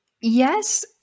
Yes